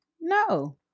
no